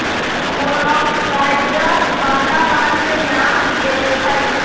मोलॉक्साइड्स वातावरण के नाश देई छइ